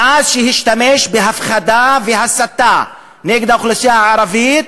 מאז השתמש בהפחדה ובהסתה נגד האוכלוסייה הערבית,